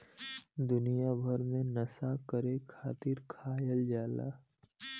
दुनिया भर मे नसा करे खातिर खायल जाला